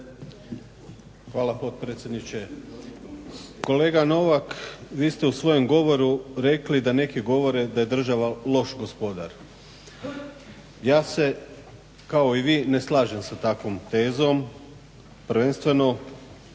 Hvala potpredsjedniče. Kolega Novak vi ste u svom govoru rekli da neki govore da je država loš gospodar. Ja se kao i vi ne slažem sa takvom tezom prvenstveno